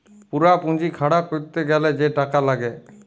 পুরা পুঁজি খাড়া ক্যরতে গ্যালে যে টাকা লাগ্যে